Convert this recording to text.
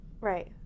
Right